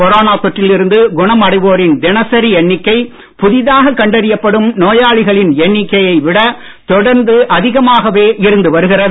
corona தொற்றில் இருந்து குணமடைவோரின் தினசரி எண்ணிக்கை புதிதாக கண்டறியப்படும் நோயாளிகளின் எண்ணிக்கையை விட தொடர்ந்து அதிகமாகவே இருந்து வருகிறது